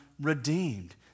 redeemed